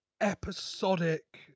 episodic